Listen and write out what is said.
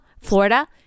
Florida